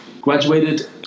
Graduated